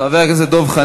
חבר הכנסת נחמן שי.